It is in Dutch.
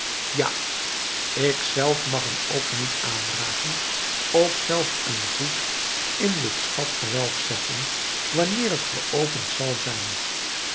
ja ik zelf mag hem ook niet aanraken of ook zelfs een voet in dit schatgewelf zetten wanneer het geopend zal zijn